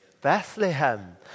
Bethlehem